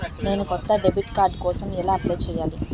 నేను కొత్త debit card కోసం ఎలా అప్లయ్ చేయాలి?